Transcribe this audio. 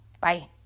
Bye